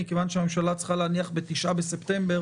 מכיוון שהממשלה צריכה להניח ב-9 בספטמבר